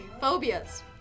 phobias